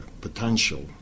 potential